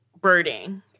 birding